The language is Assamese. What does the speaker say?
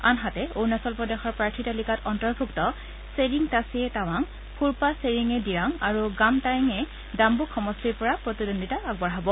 আনহাতে অৰুণাচল প্ৰদেশৰ প্ৰাৰ্থী তালিকাত অন্তৰ্ভুক্ত ছেৰিং তাছীয়ে টাৱাং ফুৰপা ছেৰিঙে ডিৰাং আৰু গাম টায়েং এ দামুক সমষ্টিৰ পৰা প্ৰতিদ্বন্দ্বিতা আগবঢ়াব